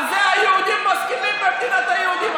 על זה היהודים מסכימים במדינת היהודים.